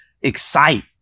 excite